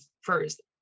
first